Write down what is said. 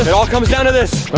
it all comes down to this.